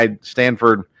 Stanford